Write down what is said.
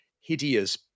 hideous